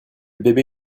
bébé